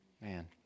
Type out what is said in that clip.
Man